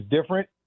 different